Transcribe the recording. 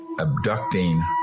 abducting